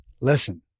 listen